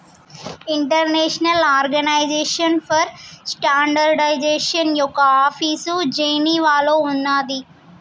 international organization for standardization యొక్క office జెనీవాలో ఉన్నాది